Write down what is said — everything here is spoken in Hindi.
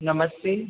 नमस्ते